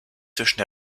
zwischen